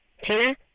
Tina